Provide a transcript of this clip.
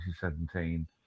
2017